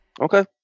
Okay